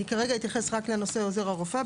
אני כרגע אתייחס רק לנושא עוזר הרופא.